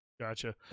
Gotcha